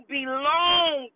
belong